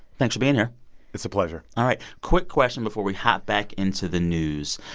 thanks for being here it's a pleasure all right. quick question before we have back into the news.